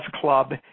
Club